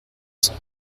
cent